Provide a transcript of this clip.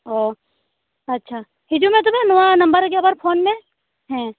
ᱚᱻ ᱟᱪᱪᱷᱟ ᱦᱤᱡᱩᱜ ᱢᱮ ᱛᱚᱵᱮ ᱱᱚᱣᱟ ᱱᱟᱢᱵᱟᱨ ᱨᱮᱜᱮ ᱟᱵᱟᱨ ᱯᱷᱳᱱ ᱢᱮ ᱦᱮᱸ